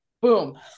Boom